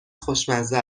خوشمزه